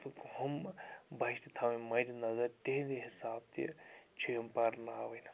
ہُم بَچہِ تہِ تھاوٕنۍ مَدِ نظر تِہِنٛدِ حِساب تہِ چھِ یِم پَرناوٕنۍ